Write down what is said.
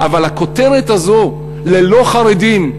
אבל הכותרת הזאת, ללא חרדים,